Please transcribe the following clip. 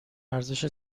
ارزش